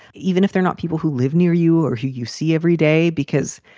even if they're not people who live near you or who you see every day? because